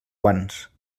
guants